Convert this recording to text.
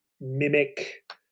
mimic